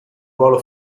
ruolo